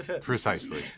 Precisely